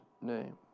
name